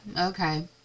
okay